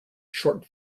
short